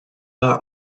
are